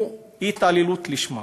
הוא התעללות לשמה.